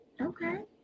Okay